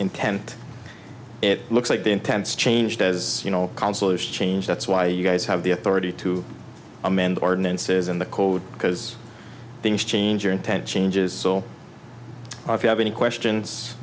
intent it looks like the intense changed as you know council is change that's why you guys have the authority to amend ordinances in the code because things change your intent changes so if you have any questions